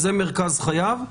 זה מרכז חייו.